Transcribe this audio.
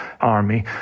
army